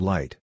Light